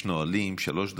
יש נהלים, שלוש דקות.